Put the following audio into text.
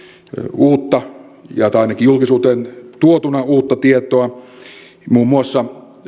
uutta ainakin julkisuuteen tuotuna uutta tietoa muun muassa